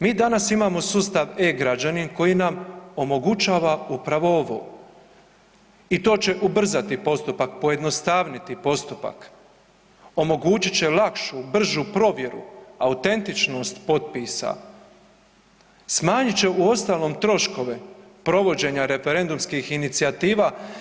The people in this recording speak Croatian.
Mi danas imamo sustav e-građani koji nam omogućava upravo ovo i to će ubrzati postupak pojednostavniti postupak, omogućit će lakšu, bržu provjeru, autentičnost potpisa, smanjit će uostalom troškove provođenja referendumskim inicijativa.